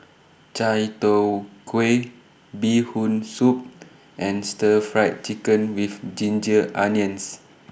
Chai Tow Kuay Bee Hoon Soup and Stir Fried Chicken with Ginger Onions